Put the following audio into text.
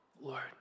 Lord